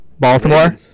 Baltimore